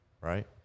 right